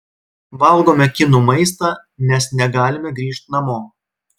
valgome kinų maistą nes negalime grįžt namo